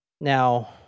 now